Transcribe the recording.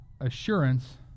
assurance